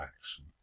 action